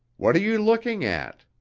what are you looking at?